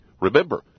Remember